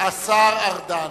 השר ארדן.